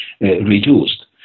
reduced